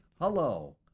Hello